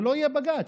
ולא יהיה בג"ץ.